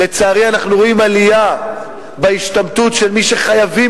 לצערי אנחנו רואים עלייה בהשתמטות של מי שחייבים,